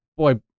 boy